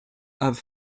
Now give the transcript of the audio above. have